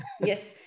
Yes